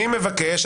אני מבקש,